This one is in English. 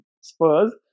Spurs